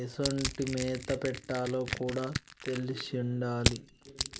ఎసొంటి మేత పెట్టాలో కూడా తెలిసుండాలి